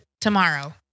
tomorrow